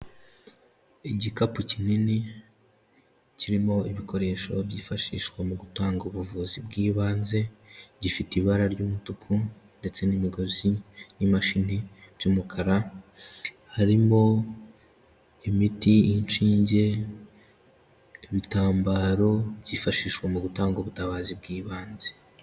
Igikapu kinini, kirimo ibikoresho byifashishwa mu gutanga ubuvuzi bw'ibanze, gifite ibara ry'umutuku ndetse n'imigozi n'imashini by'umukara, harimo imiti, inshinge, ibitambaro byifashishwa mu gutanga ubutabazi bw'ibanze.